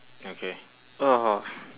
okay